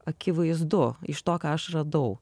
akivaizdu iš to ką aš radau